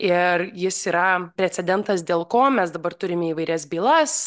ir jis yra precedentas dėl ko mes dabar turime įvairias bylas